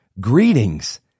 Greetings